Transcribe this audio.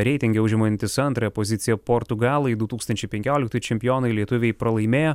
reitinge užimantis antrąją poziciją portugalai du tūkstančiai penkioliktųjų čempionai lietuviai pralaimėjo